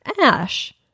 Ash